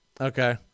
Okay